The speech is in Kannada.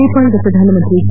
ನೇಪಾಳ ಪ್ರಧಾನಮಂತ್ರಿ ಕೆ